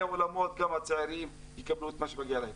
האולמות וגם הצעירים יקבלו את המגיע להם.